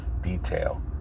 detail